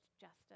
justice